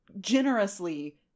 generously